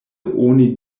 oni